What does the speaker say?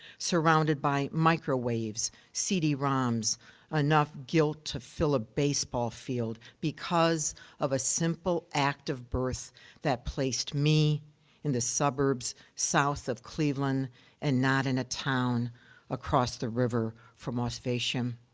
surrounded by microwaves, cd-roms, enough guilt to fill a baseball field because of a simple act of birth that placed me in the suburbs south of cleveland and not in a town across the river from oswiecim.